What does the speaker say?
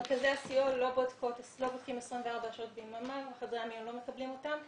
מרכזי הסיוע לא בודקים 24 שעות ביממה וחדרי המיון לא מקבלים אותן.